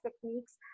techniques